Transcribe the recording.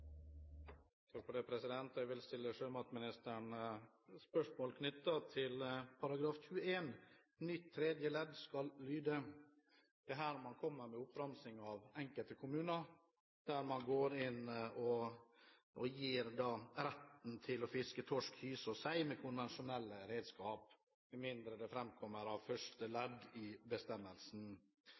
nytt tredje ledd skal lyde:». Her kommer man med en oppramsing av enkelte kommuner som man gir rett til å fiske torsk, hyse og sei med konvensjonelle redskaper – uten hinder av bestemmelser som framkommer av første ledd i